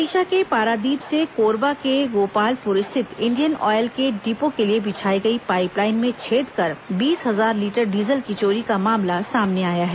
ओडिशा के पारादीप से कोरबा के गोपालपुर स्थित इंडियन ऑयल के डिपो के लिए बिछाई गई पाईप लाइन में छेद कर बीस हजार लीटर डीजल की चोरी का मामला सामने आया है